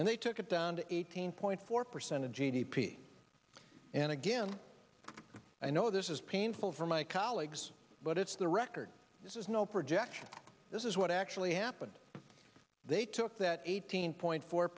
and they took it down to eighteen point four percent of g d p and again i know this is painful for my colleagues but it's the record this is no projection this is what actually happened they took that eighteen point four